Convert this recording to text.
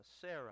Sarah